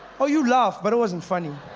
oh you laugh, but it wasn't funny.